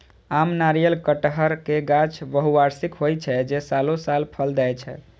आम, नारियल, कहटर के गाछ बहुवार्षिक होइ छै, जे सालों साल फल दै छै